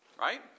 right